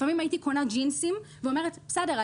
לפעמים הייתי קונה ג'ינסים ואומרת: בסדר,